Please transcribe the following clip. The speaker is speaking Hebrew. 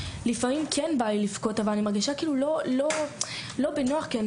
לפעמים כן בא לי לבכות אבל אני מרגישה לא בנוח כי אני